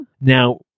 Now